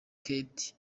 kate